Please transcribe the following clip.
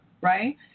right